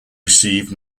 received